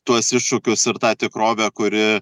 tuos iššūkius ir tą tikrovę kuri